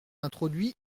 introduit